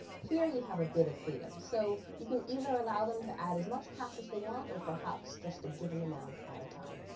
here you have a bit of freedom. so you can either allow them to add as much cash is they want, or perhaps just a given amount of time.